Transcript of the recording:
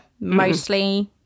mostly